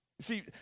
See